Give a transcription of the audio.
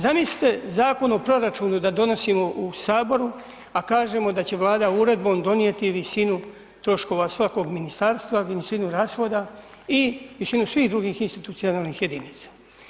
Zamislite Zakon o proračunu da donosimo u Saboru a kažemo da će Vlada uredbom donijeti visinu troškova svakog ministarstva i visinu rashoda i većinu svih drugih institucionalnih jedinica.